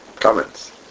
comments